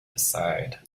aside